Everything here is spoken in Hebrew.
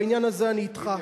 בעניין הזה אני אתך.